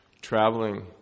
traveling